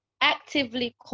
actively